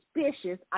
suspicious